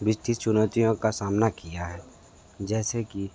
बीस तीस चुनौतियों का सामना किया है जैसे कि